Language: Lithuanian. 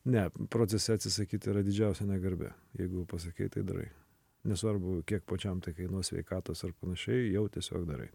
ne procese atsisakyt yra didžiausia negarbė jeigu jau pasakei tai darai nesvarbu kiek pačiam tai kainuos sveikatos ar panašiai jau tiesiog darai